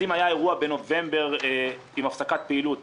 אם היה אירוע בנובמבר עם הפסקת פעילות